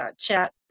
chat